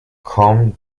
com